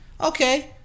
Okay